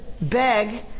beg